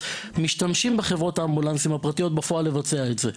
משתמשים בחברות האמבולנסים הפרטיות לבצע בפועל את זה,